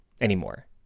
anymore